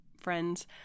Friends